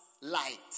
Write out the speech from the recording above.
light